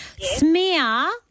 Smear